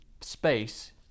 space